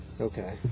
Okay